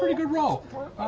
ah good roll.